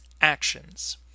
actions